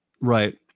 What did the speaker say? Right